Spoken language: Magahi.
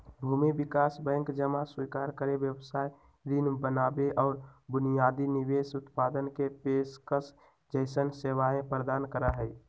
भूमि विकास बैंक जमा स्वीकार करे, व्यवसाय ऋण बनावे और बुनियादी निवेश उत्पादन के पेशकश जैसन सेवाएं प्रदान करा हई